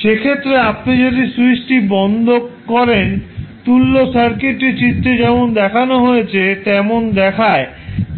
সেক্ষেত্রে আপনি যদি স্যুইচটি বন্ধ করেন তুল্য সার্কিটটি চিত্রে যেমন দেখানো হয়েছে তেমন দেখায়